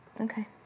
Okay